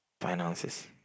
finances